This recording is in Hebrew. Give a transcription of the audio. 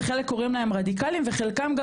וחלק קוראים להם רדיקאליים וחלקם גם